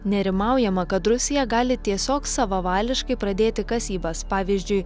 nerimaujama kad rusija gali tiesiog savavališkai pradėti kasybas pavyzdžiui